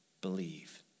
believe